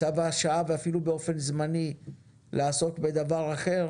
צו השעה ואפילו באופן זמני החלו לעסוק בדבר אחר